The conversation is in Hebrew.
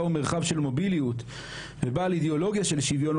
הוא מרחב של מוביליות ובעל אידיאולוגיה של שוויון,